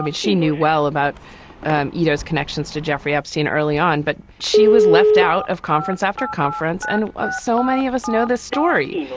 but she knew well about and edo's connections to jeffrey epstein early on, but she was left out of conference after conference. and so many of us know this story.